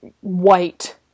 white